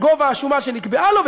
גובה השומה שנקבעה לו,